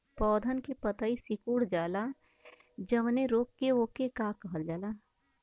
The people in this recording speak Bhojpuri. पौधन के पतयी सीकुड़ जाला जवने रोग में वोके का कहल जाला?